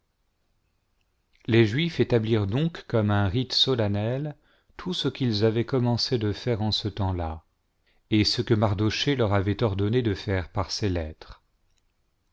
les juifs établirent donc comme un rite solennel tout ce qu'ils avaient commencé de faire en ce temps-là et ce que mardochée leur avait ordonné de faire par ses lettres